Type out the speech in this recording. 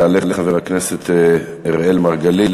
יעלה חבר הכנסת אראל מרגלית,